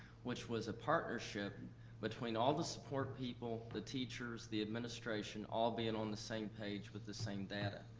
which was a partnership between all the support people, the teachers, the administration all being on the same page with the same data.